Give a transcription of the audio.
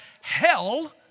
hell